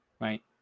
right